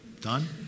Done